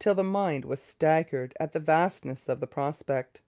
till the mind was staggered at the vastness of the prospect